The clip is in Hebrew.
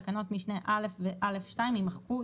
תקנות משנה (א) ו-(א2) יימחקו.